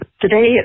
Today